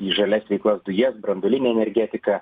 į žalias veiklas dujas branduolinę energetiką